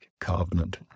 covenant